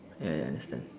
ya ya understand